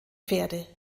pferde